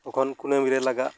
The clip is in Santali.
ᱛᱚᱠᱷᱚᱱ ᱠᱩᱱᱟᱹᱢᱤᱨᱮ ᱞᱟᱜᱟᱜ